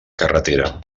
carretera